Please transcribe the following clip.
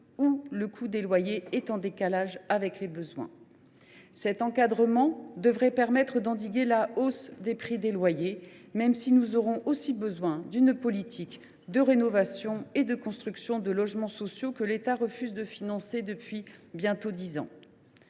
où le coût des loyers est en décalage avec les besoins. Cet encadrement devrait nous permettre d’endiguer la hausse du prix des loyers, même si nous avons par ailleurs besoin d’une politique de rénovation et de construction de logements sociaux, que l’État refuse de financer depuis bientôt dix ans.